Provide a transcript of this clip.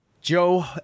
Joe